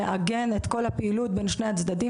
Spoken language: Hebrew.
שמעגן את כל הפעילות בין שני הצדדים,